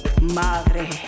Madre